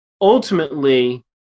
Ultimately